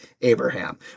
Abraham